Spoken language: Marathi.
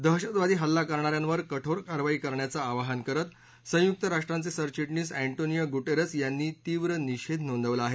दहशतवादी हल्ला करणा यांवर कठोर कारवाई करण्याचं आवाहन करत संयुक्त राष्ट्रांचे सरविटणीस एन्टोनिओ गुटेरेस यांनी तीव्र निषेध नोंदवला आहे